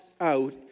out